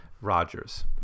rogers